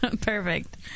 Perfect